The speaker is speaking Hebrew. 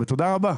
ותודה רבה,